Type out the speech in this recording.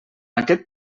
aquest